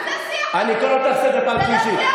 מה זה, אני קורא אותך לסדר פעם שלישית.